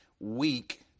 week